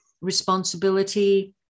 responsibility